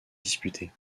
disputées